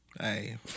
Hey